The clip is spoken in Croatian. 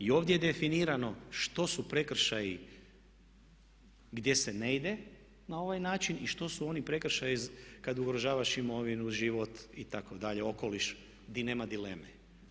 I ovdje je definirano što su prekršaji gdje se ne ide na ovaj način i što su oni prekršaji kad ugrožavaš imovinu, život itd. okoliš di nema dileme.